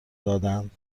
دادهاند